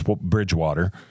Bridgewater